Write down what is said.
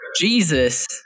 Jesus